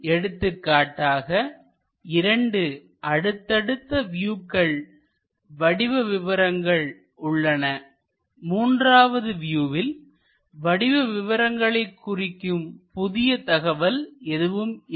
எடுத்துக்காட்டாக 2 அடுத்தடுத்த வியூக்களில் வடிவ விவரங்கள் உள்ளன மூன்றாவது வியூவில் வடிவ விவரங்களை குறிக்கும் புதிய தகவல் எதுவும் இல்லை